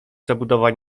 zabudowań